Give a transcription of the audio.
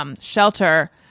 shelter